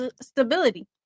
stability